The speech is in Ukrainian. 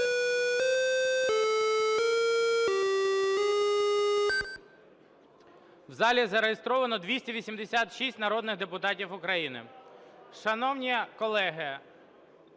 В залі зареєстровано 286 народних депутатів України. Шановні колеги,